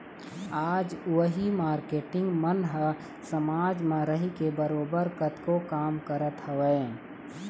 आज उही मारकेटिंग मन ह समाज म रहिके बरोबर कतको काम करत हवँय